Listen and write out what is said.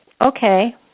okay